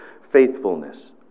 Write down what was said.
faithfulness